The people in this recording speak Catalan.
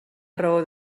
raó